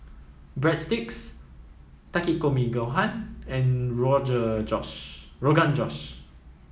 Breadsticks Takikomi Gohan and Rogan Josh